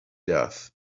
death